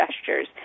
gestures